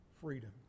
freedom